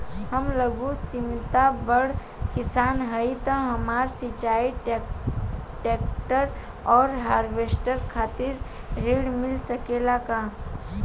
हम लघु सीमांत बड़ किसान हईं त हमरा सिंचाई ट्रेक्टर और हार्वेस्टर खातिर ऋण मिल सकेला का?